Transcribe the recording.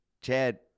Chad